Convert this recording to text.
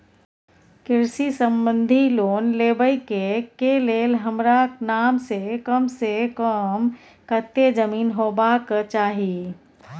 कृषि संबंधी लोन लेबै के के लेल हमरा नाम से कम से कम कत्ते जमीन होबाक चाही?